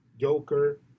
Joker